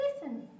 listen